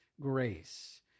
grace